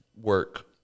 work